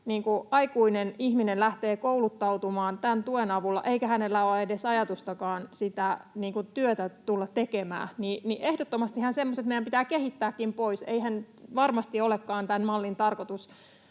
aikuinen ihminen lähtee kouluttautumaan tämän tuen avulla, eikä hänellä ole edes ajatustakaan sitä työtä tulla tekemään? Ehdottomastihan semmoiset meidän pitää kehittääkin pois. Eihän varmasti olekaan tämän mallin tarkoitus